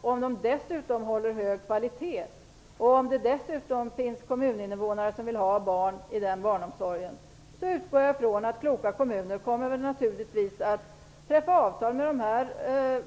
Om de dessutom håller hög kvalitet och det finns kommuninvånare som vill ha barn i den barnomsorgen, utgår jag ifrån att kloka kommuner kommer att träffa avtal med dessa